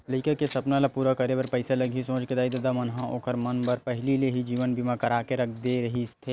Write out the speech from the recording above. लइका के सपना ल पूरा करे बर पइसा लगही सोच के दाई ददा मन ह ओखर मन बर पहिली ले ही जीवन बीमा करा के रख दे रहिथे